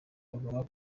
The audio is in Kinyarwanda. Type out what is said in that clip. agomba